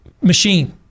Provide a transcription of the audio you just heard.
machine